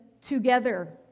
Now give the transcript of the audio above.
together